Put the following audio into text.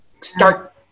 start